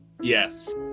Yes